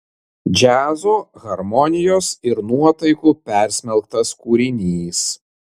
džiazo harmonijos ir nuotaikų persmelktas kūrinys